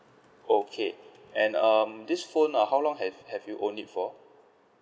okay and um this phone uh how long have have you owned it for